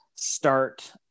start